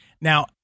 Now